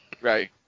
Right